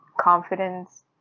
confidence